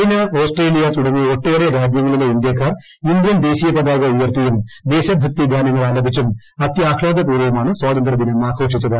China Australia തുടങ്ങി ഒട്ടേറെ രാജ്യങ്ങളിലെ ഇന്ത്യാക്കാർ ഇന്ത്യൻ ദേശീയ പതാക ഉയർത്തിയും ദേശഭക്തി ഗാനങ്ങൾ ആലപിച്ചും അത്യാഹ്സാദപൂർവ്വമാണ് ് സ്വാതന്ത്ര്യദിനം ആഘോഷിച്ചത്